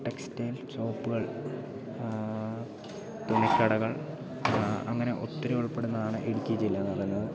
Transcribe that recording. textile ഷോപ്പുകൾ തുണിക്കടകൾ അങ്ങനെ ഒത്തിരി ഉൾപ്പെടുന്നതാണ് ഇടുക്കി ജില്ലയെന്നു പറയുന്നത്